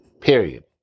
period